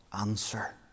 answer